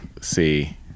see